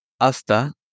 Hasta